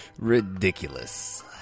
Ridiculous